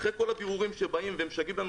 שאחרי כל הבירורים שבאים ומשגעים אותנו,